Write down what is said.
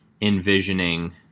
envisioning